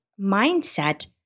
mindset